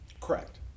Correct